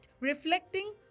reflecting